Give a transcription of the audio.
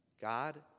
God